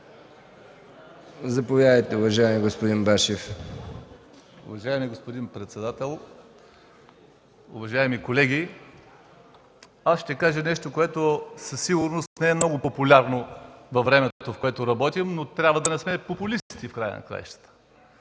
Заповядайте, уважаема госпожо Цачева.